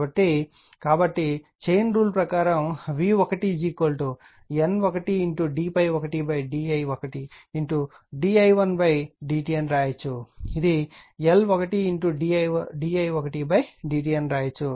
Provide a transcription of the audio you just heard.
కాబట్టి chain rule ప్రకారం v1 N 1d ∅1d i 1d i 1dt అని వ్రాయవచ్చు ఇది L1d i 1dt అని వ్రాయవచ్చు